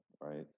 right